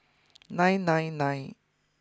nine nine nine